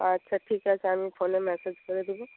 আচ্ছা ঠিক আছে আমি ফোনে ম্যাসেজ করে দেব